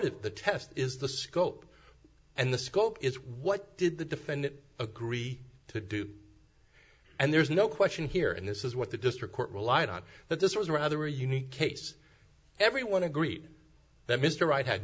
of the test is the scope and the scope is what did the defendant agree to do and there's no question here and this is what the district court relied on that this was a rather unique case everyone agrees that mr